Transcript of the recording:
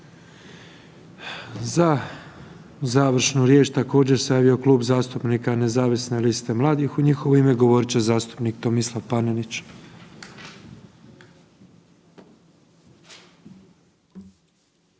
Za završnu riječ također, se javio Kluba zastupnika Nezavisne liste mladih, u njihovo ime, govorit će zastupnik Tomislav Panenić.